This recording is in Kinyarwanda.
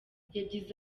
yagize